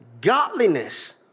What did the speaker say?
godliness